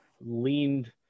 leaned